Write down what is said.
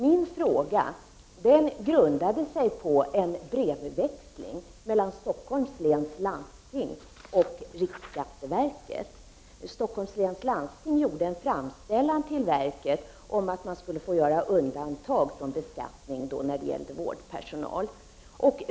Min fråga grundade sig på en brevväxling mellan Stockholms läns landsting och riksskatteverket. Stockholms läns landsting gjorde en framställan till verket om att man skulle få göra undantag från beskattningen när det gällde vårdpersonal.